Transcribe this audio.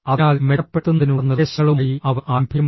അതിനാൽ മെച്ചപ്പെടുത്തുന്നതിനുള്ള നിർദ്ദേശങ്ങളുമായി അവർ ആരംഭിക്കും